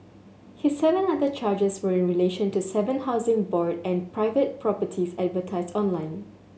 his seven other charges were in relation to seven Housing Board and private properties advertised online